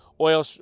oil